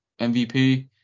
MVP